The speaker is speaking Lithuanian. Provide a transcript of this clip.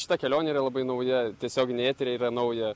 šita kelionė yra labai nauja tiesioginiai eteriai yra nauja